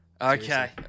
Okay